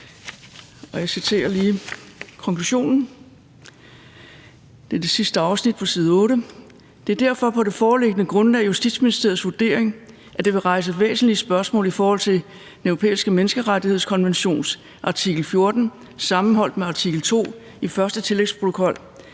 »Det er derfor på det foreliggende grundlag Justitsministeriets vurdering, at det vil rejse væsentlige spørgsmål i forhold til EMRK artikel 14 sammenholdt med artikel 2 i 1. tillægsprotokol at